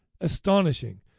astonishing